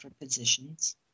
positions